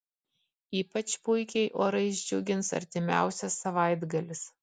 ypač puikiai orais džiugins artimiausias savaitgalis